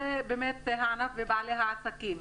הענף ובעלי העסקים,